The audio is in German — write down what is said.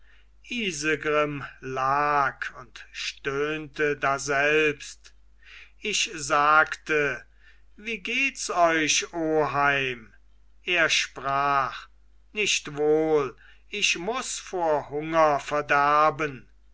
isegrim lag und stöhnte daselbst ich sagte wie gehts euch oheim er sprach nicht wohl ich muß vor hunger verderben